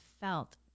felt